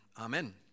amen